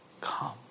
come